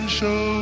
show